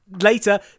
Later